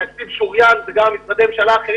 התקציב שוריין גם ממשרדי ממשלה אחרים